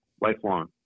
Lifelong